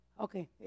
Okay